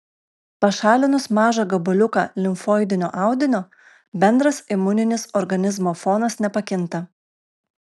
pašalinus mažą gabaliuką limfoidinio audinio bendras imuninis organizmo fonas nepakinta